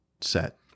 set